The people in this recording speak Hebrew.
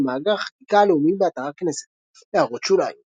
במאגר החקיקה הלאומי באתר הכנסת == הערות שוליים ==